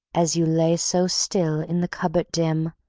as you lay so still in the cupboard dim,